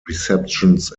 receptions